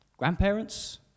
Grandparents